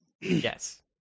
Yes